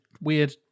weird